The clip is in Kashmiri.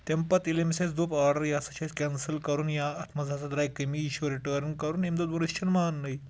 تیٚم پَتہٕ ییٚلہِ أمِس اَسہِ دوٚپ آرڈَر یہِ ہَسا چھِ اَسہِ کٮ۪نسٕل کَرُن یا اَتھ منٛز ہَسا درٛاے کمی یہِ چھُ رِٹٲرٕنۍ کَرُن أمۍ دوٚپ دوٚپُن أسۍ چھِنہٕ ماننٕے